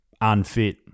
unfit